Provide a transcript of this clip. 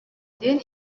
диэн